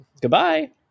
Goodbye